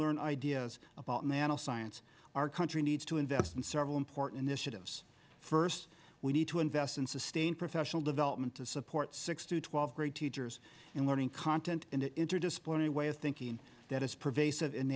learn ideas about nanoscience our country needs to invest in several important initiatives first we need to invest in sustained professional development to support six to twelve great teachers and learning content in the interdisciplinary way of thinking that is pervasive